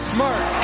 Smart